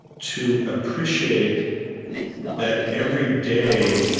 to appreciate that every day,